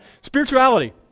Spirituality